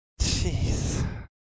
Jeez